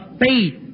faith